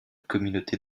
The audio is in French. communauté